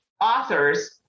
authors